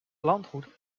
landgoed